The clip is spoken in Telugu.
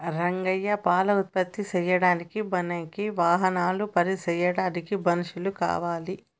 రంగయ్య పాల ఉత్పత్తి చేయడానికి మనకి వాహనాలు పని చేయడానికి మనుషులు కావాలి